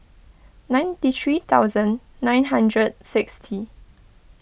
ninety three thousand nine hundred sixty